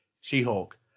She-Hulk